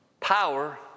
Power